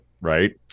right